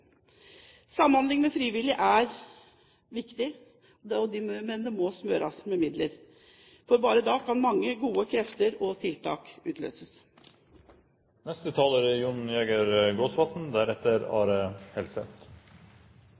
Samhandling med frivillige er viktig, men det må smøres med midler, for bare da kan mange gode krefter og tiltak